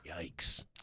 Yikes